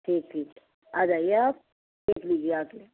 ٹھیک ٹھیک آ جائیے آپ دیکھ لیجیے آ کے